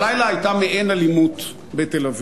תראו, הלילה היתה מעין אלימות בתל-אביב.